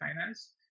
Finance